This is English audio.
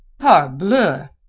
parbleu!